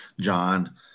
John